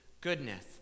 goodness